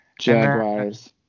Jaguars